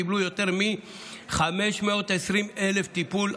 קיבלו יותר מ-520,000 שעות טיפול,